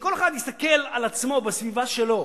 שכל אחד יסתכל על עצמו בסביבה שלו